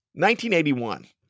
1981